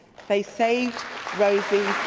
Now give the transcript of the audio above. they saved rosie.